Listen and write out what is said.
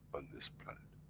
on this planet.